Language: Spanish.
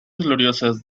gloriosas